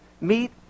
meet